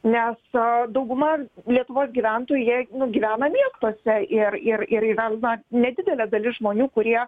nes dauguma lietuvos gyventojų jie nu gyvena miestuose ir ir ir yra na nedidelė dalis žmonių kurie